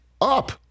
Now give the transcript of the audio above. up